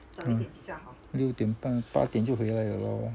uh 六点半八点就回来 liao lor